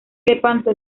lepanto